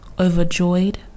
Overjoyed